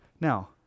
Now